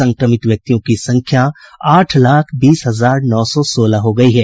संक्रमित व्यक्तियों की संख्या आठ लाख बीस हजार नौ सौ सोलह हो गई है